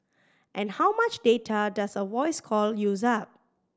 and how much data does a voice call use up